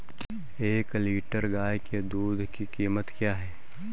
एक लीटर गाय के दूध की कीमत क्या है?